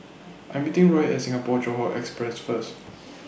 I Am meeting Roy At Singapore Johore Express First